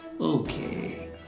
Okay